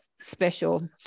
special